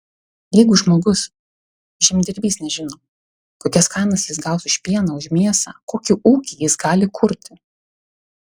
jeigu žmogus žemdirbys nežino kokias kainas jis gaus už pieną už mėsą kokį ūkį jis gali kurti